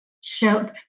show